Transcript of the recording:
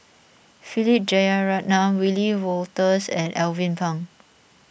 Philip Jeyaretnam Wiebe Wolters and Alvin Pang